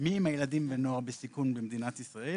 הילדים ונוער בסיכון במדינת ישראל.